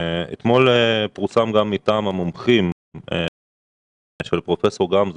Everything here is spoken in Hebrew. אתמול פורסם מטעם המומחים של פרופ' גמזו